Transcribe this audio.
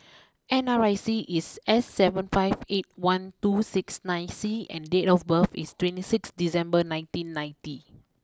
N R I C is S seven five eight one two six nine C and date of birth is twenty six December nineteen ninety